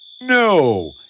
No